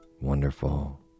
wonderful